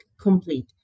complete